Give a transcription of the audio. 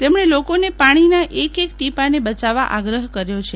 તેમણે લોકોને પાણીના એક એક ટીપાંને બચાવવા આગ્રહ કર્યો છે